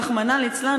רחמנא ליצלן,